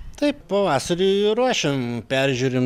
taip pavasarį ruošiam peržiūrim